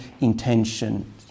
intention